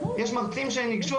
יש מרצים שניגשו,